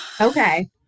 okay